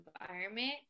environment